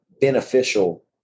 beneficial